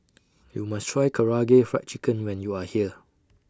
YOU must Try Karaage Fried Chicken when YOU Are here